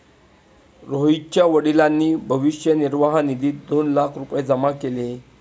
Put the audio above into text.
रोहितच्या वडिलांनी भविष्य निर्वाह निधीत दोन लाख रुपये जमा केले